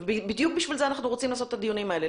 בדיוק בשביל זה אנחנו רוצים לעשות את הדיונים האלה.